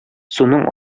суның